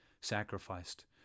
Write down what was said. sacrificed